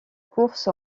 course